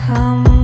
Come